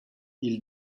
ils